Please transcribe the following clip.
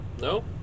No